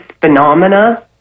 phenomena